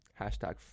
Hashtag